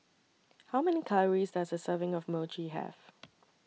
How Many Calories Does A Serving of Mochi Have